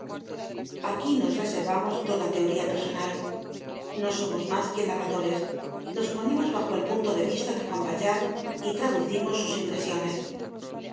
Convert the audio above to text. aquí nos reservamos toda teoría personal no somos mas que narradores nos ponemos bajo el punto de vista de juan valjean y traducimos sus impresiones